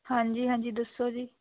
ਹਾਂਜੀ ਹਾਂਜੀ ਦੱਸੋ ਜੀ